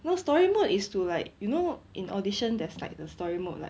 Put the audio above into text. no story mode is to like you know in audition there's like the story mode like